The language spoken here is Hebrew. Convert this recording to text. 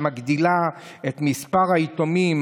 שמגדילה את מספר היתומים,